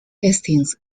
hastings